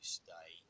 stay